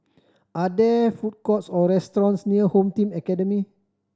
are there food courts or restaurants near Home Team Academy